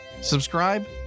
Subscribe